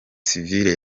sivile